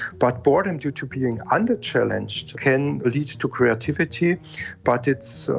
but boredom due to being under-challenged can lead to creativity but it's, so